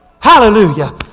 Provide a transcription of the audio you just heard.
Hallelujah